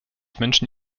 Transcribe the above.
menschen